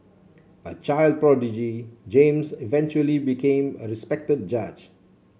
a child prodigy James eventually became a respected judge